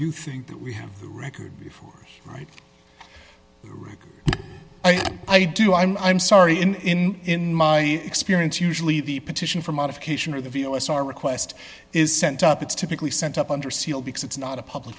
you think that we have the record before right i do i'm sorry in in my experience usually the petition for modification of the us our request is sent up it's typically sent up under seal because it's not a public